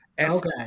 Okay